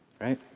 Right